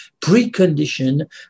precondition